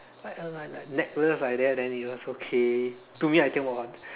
like a like like necklace like that then it was okay to me I think was